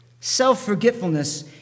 Self-forgetfulness